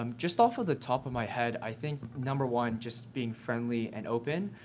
um just off of the top of my head, i think number one, just being friendly and open.